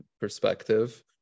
perspective